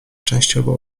częściowo